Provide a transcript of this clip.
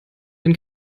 den